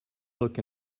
look